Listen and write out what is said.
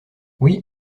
oui